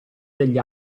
degli